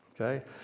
okay